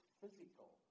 physical